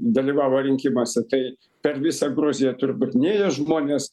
dalyvavo rinkimuose tai per visą gruziją turbūt nėjo žmonės